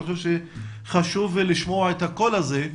אני חושב שחשוב לשמוע את הקול הזה.